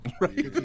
Right